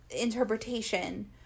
interpretation